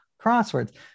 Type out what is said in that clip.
crosswords